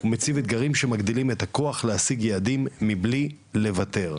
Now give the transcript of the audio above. מציב אתגרים שמגדילים את הכוח להשיג יעדים מבלי לוותר,